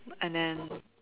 but and then